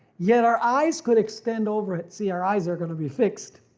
yet our eyes could extend over it. see our eyes are gonna be fixed.